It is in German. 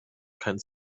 keinen